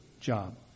job